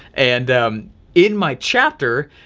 and in my chapter,